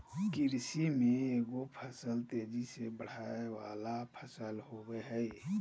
कृषि में एगो फसल तेजी से बढ़य वला फसल होबय हइ